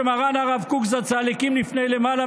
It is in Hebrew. שמרן הרב קוק זצ"ל הקים לפני למעלה